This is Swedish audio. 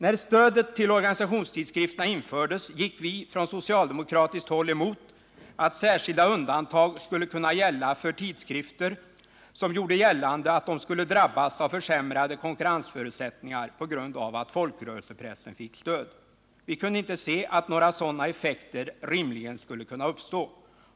När stödet till organisationstidskrifterna infördes gick vi från socialdemokratiskt håll emot att särskilda undantag skulle kunna gälla för tidskrifter som gjorde gällande att de skulle drabbas av försämrade konkurrensförutsättningar på grund av att folkrörelsepressen fick stöd. Vi kunde inte se att några sådana effekter rimligen skulle kunna uppstå.